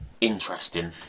interesting